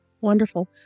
wonderful